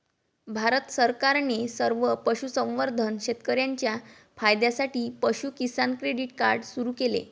भारत सरकारने सर्व पशुसंवर्धन शेतकर्यांच्या फायद्यासाठी पशु किसान क्रेडिट कार्ड सुरू केले